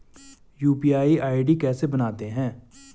UPI ID कैसे बनाते हैं?